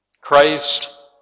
Christ